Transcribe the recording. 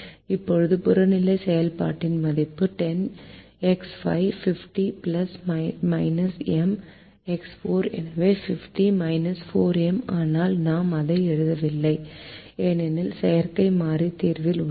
இப்போது புறநிலை செயல்பாட்டின் மதிப்பு 10 x 5 50 M x 4 எனவே 50 4M ஆனால் நாம் அதை எழுதவில்லை ஏனெனில் செயற்கை மாறி தீர்வில் உள்ளது